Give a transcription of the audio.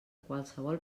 qualsevol